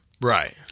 Right